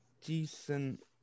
decent